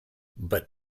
but